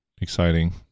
exciting